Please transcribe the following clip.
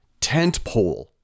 tentpole